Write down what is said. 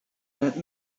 that